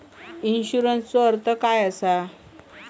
इन्शुरन्सचो अर्थ काय असा?